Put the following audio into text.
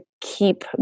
keep